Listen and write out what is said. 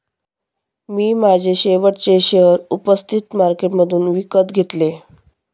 मी माझे शेवटचे शेअर उपस्थित मार्केटमधून विकत घेतले